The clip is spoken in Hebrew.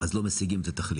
אז לא משיגים את התכלית